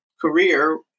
career